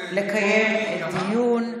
לקיים דיון.